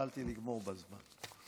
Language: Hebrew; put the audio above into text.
השתדלתי לגמור בזמן.